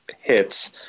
hits